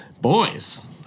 Boys